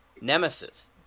Nemesis